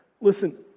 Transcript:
Listen